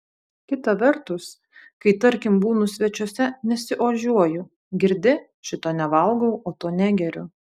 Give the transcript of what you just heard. kita vertus kai tarkim būnu svečiuose nesiožiuoju girdi šito nevalgau o to negeriu